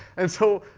and so,